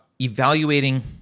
evaluating